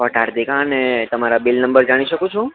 ભટ્ટ હાર્દિકા અને તમારા bill number જાણી શકું છું